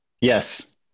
Yes